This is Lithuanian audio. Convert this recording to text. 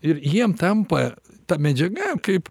ir jiem tampa ta medžiaga kaip